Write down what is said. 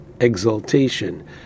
exaltation